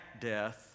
death